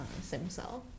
Simcell